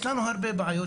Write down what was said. יש לנו שם הרבה בעיות.